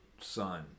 son